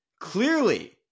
Clearly